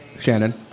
Shannon